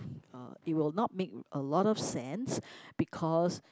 uh it will not make a lot of sense because